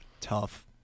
Tough